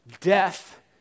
death